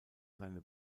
seine